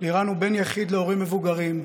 לירן הוא בן יחיד להורים מבוגרים,